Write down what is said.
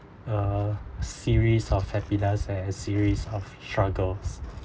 a series of happiness and a series of struggles